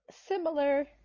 similar